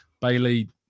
Bailey